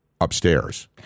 upstairs